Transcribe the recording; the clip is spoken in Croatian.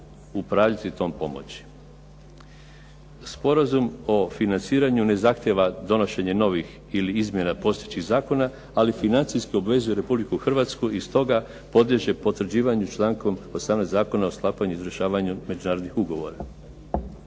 upravljati tom pomoći. Sporazum o financiranju ne zahtijeva donošenje novih ili izmjena postojećih zakona ali financijski obvezuje Republiku Hrvatsku i stoga podliježe potvrđivanju člankom 18. Zakona o sklapanju i izvršavanju međunarodnih ugovora.